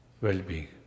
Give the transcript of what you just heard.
well-being